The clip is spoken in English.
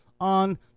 on